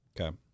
Okay